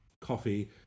coffee